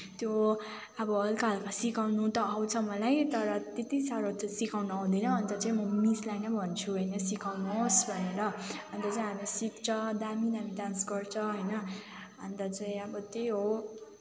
त्यो अब हलुका हलुका सिकाउन त आउँछ मलाई तर त्यति साह्रो त सिकाउन आउँदैन अन्त चाहिँ म मिसलाई नै भन्छु होइन सिकाउनु होस् भनेर अन्त चाहिँ हामी सिक्छ दामी दामी डान्स गर्छ होइन अन्त चाहिँ अब त्यही हो